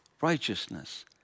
righteousness